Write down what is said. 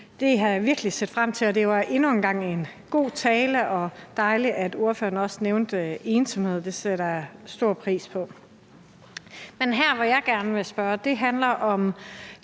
Det har jeg virkelig set frem til, og det var endnu en gang en god tale, og det var dejligt, at ordføreren også nævnte ensomhed; det sætter jeg stor pris på. Det spørgsmål, jeg gerne vil stille, handler om